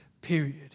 period